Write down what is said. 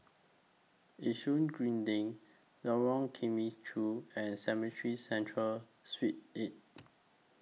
Yishun Green LINK Lorong Temechut and Cemetry Central Street eight